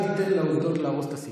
אל תיתן לעובדות להרוס את הסיפור.